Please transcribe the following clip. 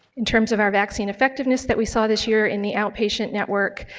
in terms of our vaccine effectiveness that we saw this year in the outpatient network,